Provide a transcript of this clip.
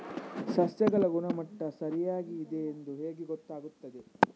ಸಸ್ಯಗಳ ಗುಣಮಟ್ಟ ಸರಿಯಾಗಿ ಇದೆ ಎಂದು ಹೇಗೆ ಗೊತ್ತು ಆಗುತ್ತದೆ?